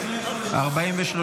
שתקבע ועדת הכנסת נתקבלה.